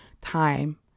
time